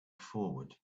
forward